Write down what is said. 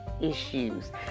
issues